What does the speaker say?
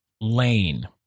lane